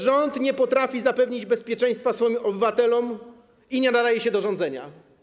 Rząd nie potrafi zapewnić bezpieczeństwa swoim obywatelom i nie nadaje się do rządzenia.